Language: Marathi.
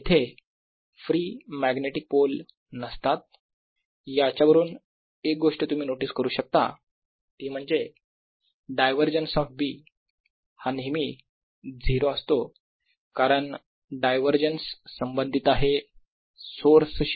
इथे फ्री मॅग्नेटिक पोल नसतात याच्यावरून एक गोष्ट तुम्ही नोटीस करू शकता ती म्हणजे डायवरजन्स ऑफ B हा नेहमी 0 असतो कारण डायवरजन्स संबंधित आहे सोर्स शी